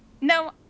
No